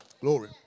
Glory